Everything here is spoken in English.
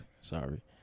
Sorry